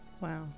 wow